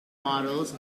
models